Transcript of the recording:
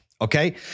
Okay